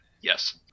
yes